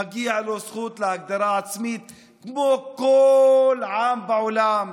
מגיעה לו זכות להגדרה עצמית, כמו לכל עם בעולם,